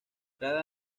cada